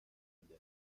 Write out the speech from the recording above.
بده